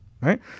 right